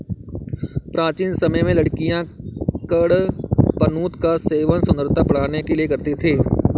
प्राचीन समय में लड़कियां कडपनुत का सेवन सुंदरता बढ़ाने के लिए करती थी